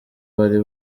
bari